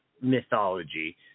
mythology